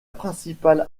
principale